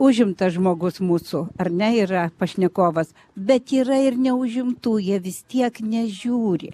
užimtas žmogus mūsų ar ne yra pašnekovas bet yra ir neužimtų jie vis tiek nežiūri